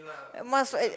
must at